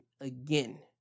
again